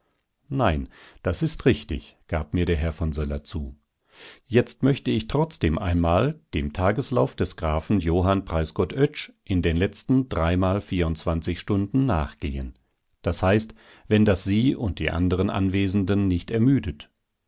nein das ist richtig gab mir der herr von söller zu jetzt möchte ich trotzdem einmal dem tageslauf des grafen johann preisgott oetsch in den letzten dreimal vierundzwanzig stunden nachgehen das heißt wenn das sie und die anderen anwesenden nicht ermüdet